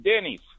Denny's